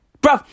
Bro